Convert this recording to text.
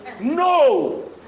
No